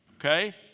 Okay